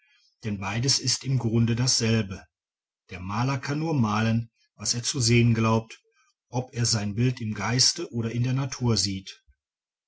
denn beides ist im grunde dasselbe der maler kann nur malen was er zu sehen glaubt ob er sein bild im geiste oder in der natur sieht